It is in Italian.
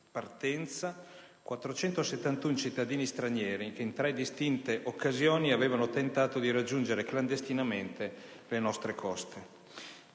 partenza, 471 cittadini stranieri che, in tre distinte occasioni, avevano tentato di raggiungere clandestinamente le nostre coste.